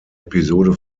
episode